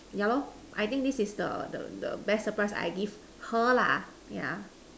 ya lor I think this is the the the best surprise that I give her lah yeah